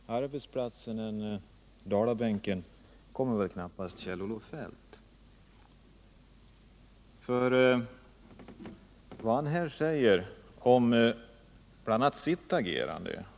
Herr talman! Närmare arbetsplatsen än på Dalabänken kommer väl knappast Kjell-Olof Feldt, åtminstone inte om man tänker på vad han här sade om bl.a. sitt eget agerande.